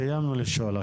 סיימנו לשאול,